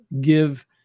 give